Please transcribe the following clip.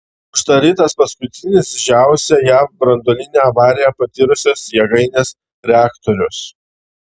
uždarytas paskutinis didžiausią jav branduolinę avariją patyrusios jėgainės reaktorius